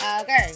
Okay